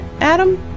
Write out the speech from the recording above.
Adam